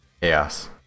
chaos